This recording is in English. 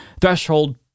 threshold